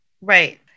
Right